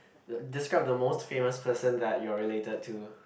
the describe the most famous person that you are related to